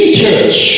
church